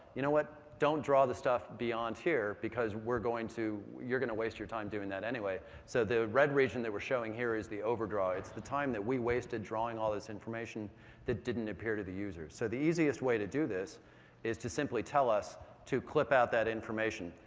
you know, what, don't draw the stuff beyond here, because we're going to you're going to waste your time doing that anyway. so the red region that we're showing is the overdraw. it's the time that we wasted drawing all this information that didn't appear to the user. so the easiest way to do this is to simply tell us to clip out that information.